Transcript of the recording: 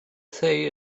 say